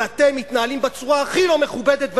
אבל אתם מתנהלים בצורה הכי לא מכובדת,